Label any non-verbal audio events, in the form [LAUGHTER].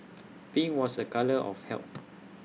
[NOISE] pink was A colour of health